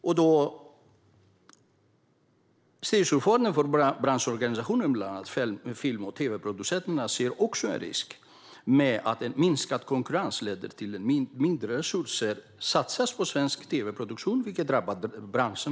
Styrelseordföranden för branschorganisationen Film och tvproducenterna ser också en risk att minskad konkurrens leder till att mindre resurser satsas på svensk tv-produktion, vilket naturligtvis drabbar branschen.